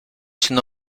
sino